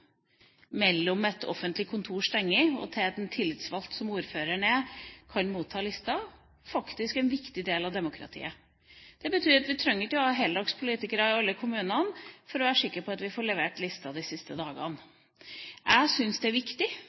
mellom at et offentlig kontor stenger og til at en tillitsvalgt, som ordføreren er, kan motta lista, faktisk en viktig del av demokratiet. Det betyr at vi trenger ikke å ha heldagspolitikere i alle kommunene for å være sikker på at vi får levert lista de siste dagene. Jeg syns det er viktig